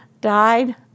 died